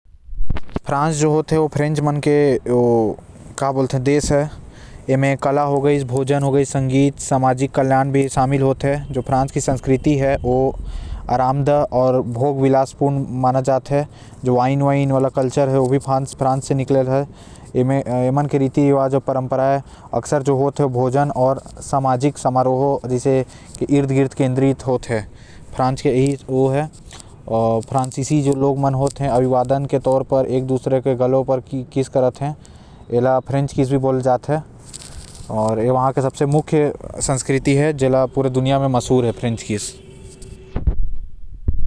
फ्रांस जो हे ओ फ्रेंच मन के देश है आऊ उमा खाना संगीत लोक गीत आऊ। सब प्रकार के भोग विलास के चीज रहते आऊ साथ म रेड वाइन भी रहते।